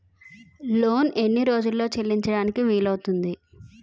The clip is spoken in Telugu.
లోన్ ఎన్ని రోజుల్లో చెల్లించడం వీలు అవుతుంది?